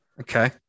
Okay